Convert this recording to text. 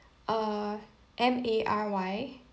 uh M A R Y